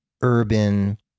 urban